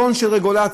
טונה של רגולציה,